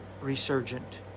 resurgent